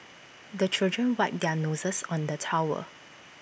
the children wipe their noses on the towel